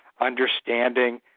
understanding